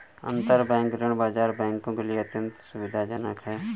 अंतरबैंक ऋण बाजार बैंकों के लिए अत्यंत सुविधाजनक है